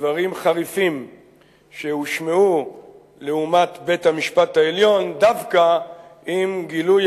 דברים חריפים שהושמעו לעומת בית-המשפט העליון דווקא עם גילוי